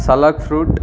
ಸಲಾಕ್ ಫ್ರೂಟ್